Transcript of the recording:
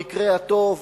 במקרה הטוב,